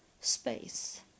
space